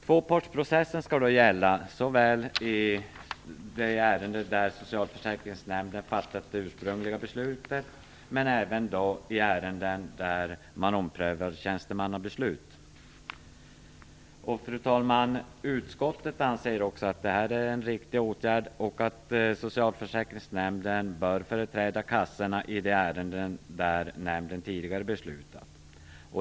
Tvåpartsprocessen skall då gälla såväl i ärenden där socialförsäkringsnämnden har fattat det ursprungliga beslutet men även i ärenden där man omprövar tjänstemannabeslut. Fru talman! Utskottet anser också att det här är en riktig åtgärd och att socialförsäkringsnämnden bör företräda kassorna i de ärenden där nämnden tidigare har beslutat.